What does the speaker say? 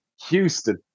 Houston